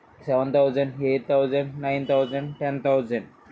seven thousand eight thousand nine thousand ten thousand